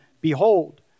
Behold